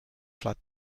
flood